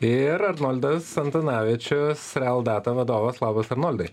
ir arnoldas antanavičius real data vadovas labas arnoldai